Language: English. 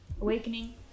awakening